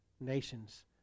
nations